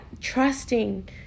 trusting